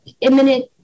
imminent